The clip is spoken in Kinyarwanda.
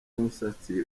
musatsi